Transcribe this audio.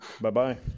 Bye-bye